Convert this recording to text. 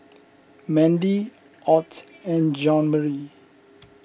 Mandie Ott and Jeanmarie